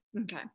Okay